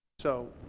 so